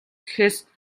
гэхээс